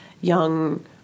young